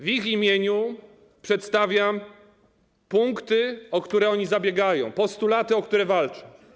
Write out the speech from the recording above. W ich imieniu przedstawiam punkty, o które oni zabiegają, postulaty, o które walczą.